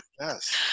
Yes